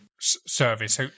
Service